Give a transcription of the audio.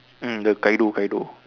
mm the Kaido Kaido